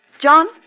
John